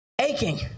Aching